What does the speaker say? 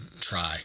try